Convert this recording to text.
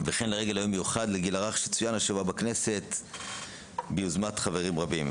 וכן לרגל היום המיוחד לגיל הרך שצוין השבוע בכנסת ביוזמת חברים רבים.